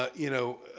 ah you know,